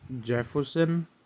Jefferson